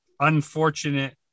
unfortunate